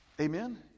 Amen